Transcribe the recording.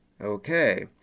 Okay